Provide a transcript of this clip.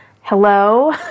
Hello